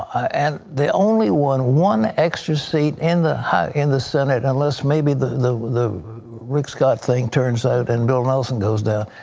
and they only won one extra seat in the in the senate, unless maybe the the rick scott thing turns out and bill nelson goes down.